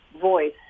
voice